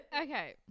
Okay